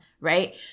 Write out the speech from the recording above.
Right